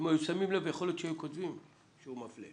אם היו שמים לב יכול להיות שהיו כותבים שהוא מפלה.